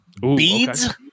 Beads